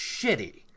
shitty